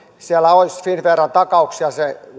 siellä olisi finnveran takauksia